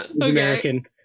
American